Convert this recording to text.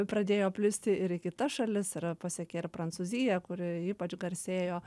pradėjo plisti ir į kitas šalis ir pasiekė ir prancūziją kuri ypač garsėjo